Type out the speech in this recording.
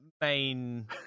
main